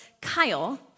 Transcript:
Kyle